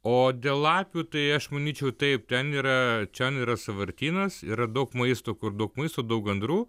o dėl lapių tai aš manyčiau taip ten yra čion yra sąvartynas yra daug maisto kur daug maisto daug gandrų